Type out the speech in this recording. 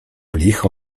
licho